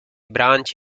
branch